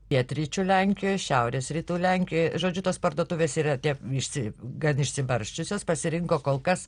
pietryčių lenkijoj šiaurės rytų lenkijoj žodžiu tos parduotuvės yra tie visi gan išsibarsčiusios pasirinko kol kas